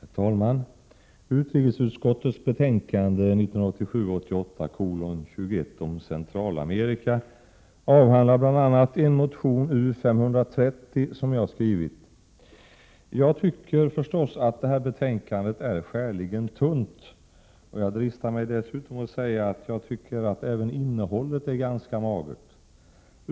Herr talman! Utrikesutskottets betänkande 1987/88:21 om Centralamerika avhandlar bl.a. motion U530, som jag har skrivit. Jag tycker förstås att detta betänkande är skäligen tunt, och jag dristar mig dessutom att säga att jag tycker att även innehållet är ganska magert.